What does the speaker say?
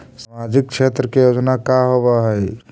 सामाजिक क्षेत्र के योजना का होव हइ?